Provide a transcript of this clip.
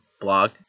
Blog